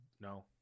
no